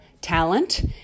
talent